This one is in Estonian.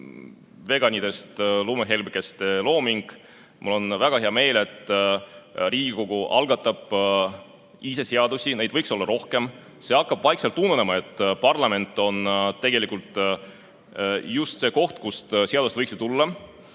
veganitest lumehelbekeste looming. Mul on väga hea meel, et Riigikogu algatab ise seadusi, neid võiks olla rohkem. See hakkab vaikselt ununema, et parlament on tegelikult just see koht, kust seadused võiksid tulla.